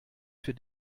für